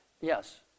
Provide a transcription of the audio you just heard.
Yes